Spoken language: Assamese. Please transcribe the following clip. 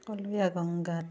কলয়া গংগাত